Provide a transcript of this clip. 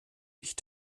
ich